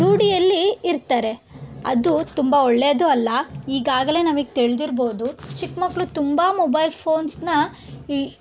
ರೂಢಿಯಲ್ಲಿ ಇರ್ತಾರೆ ಅದು ತುಂಬ ಒಳ್ಳೆಯದು ಅಲ್ಲ ಈಗಾಗಲೇ ನಮಗೆ ತಿಳಿದಿರ್ಬೋದು ಚಿಕ್ಕಮಕ್ಳು ತುಂಬ ಮೊಬೈಲ್ ಫೋನ್ಸನ್ನ ಈ